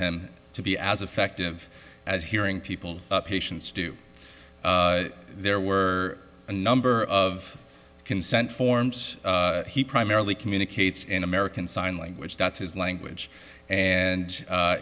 him to be as effective as hearing people patients do there were a number of consent forms he primarily communicates in american sign language that's his language and